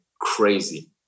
crazy